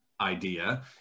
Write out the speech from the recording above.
idea